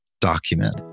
document